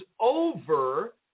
over